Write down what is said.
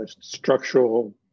structural